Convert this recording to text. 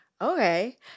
okay